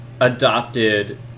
Adopted